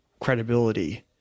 credibility